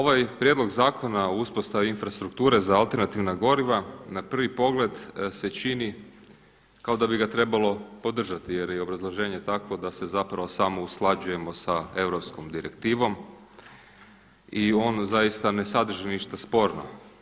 Ovaj prijedlog zakona o uspostavi infrastrukture za alternativna goriva na prvi pogled se čini kao da bi ga trebalo podržati, jer je i obrazloženje takvo da se zapravo samo usklađujemo sa europskom direktivom i on zaista ne sadrži ništa sporno.